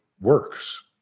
works